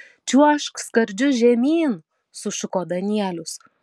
čiuožk skardžiu žemyn sušuko danielius